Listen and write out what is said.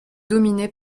dominé